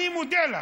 אני מודה לך.